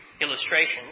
illustrations